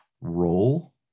role